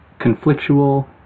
conflictual